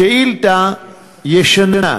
השאילתה ישנה.